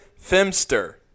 Femster